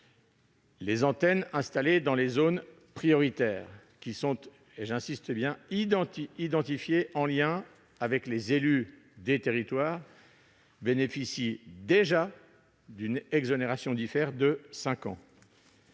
les antennes installées dans les zones prioritaires qui sont, j'y insiste, bien identifiées, en lien avec les élus des territoires, bénéficient déjà d'une exonération d'IFER de cinq ans.